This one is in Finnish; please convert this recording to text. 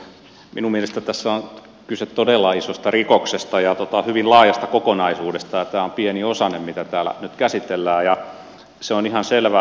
minun mielestäni tässä on kyse todella isosta rikoksesta ja hyvin laajasta kokonaisuudesta ja tämä on pieni osanen mitä täällä nyt käsitellään ja se on ihan selvä